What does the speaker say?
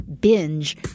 binge